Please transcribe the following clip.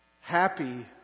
Happy